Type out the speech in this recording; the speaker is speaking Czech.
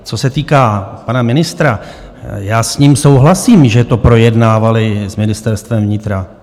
Co se týká pana ministra, já s ním souhlasím, že to projednávali s Ministerstvem vnitra.